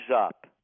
up